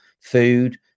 food